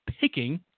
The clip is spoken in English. picking